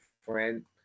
friend